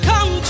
Come